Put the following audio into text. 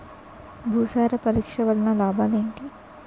భూసార పరీక్ష వలన లాభాలు ఏంటి?